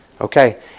Okay